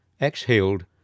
exhaled